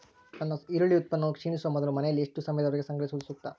ನನ್ನ ಈರುಳ್ಳಿ ಉತ್ಪನ್ನವು ಕ್ಷೇಣಿಸುವ ಮೊದಲು ಮನೆಯಲ್ಲಿ ಎಷ್ಟು ಸಮಯದವರೆಗೆ ಸಂಗ್ರಹಿಸುವುದು ಸೂಕ್ತ?